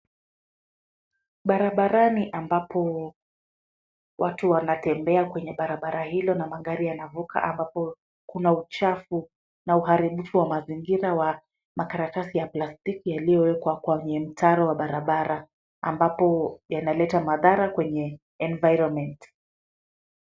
Barabarani ambapo watu wanatembea kwenye barabara hilo na magari yanavuka ambapo kuna uchafu na uharibifu wa mazingira wa makaratasi ya plastiki yaliyowekwa kwenye mtaro wa barabara. Ambapo yanaleta madhara kwenye environment .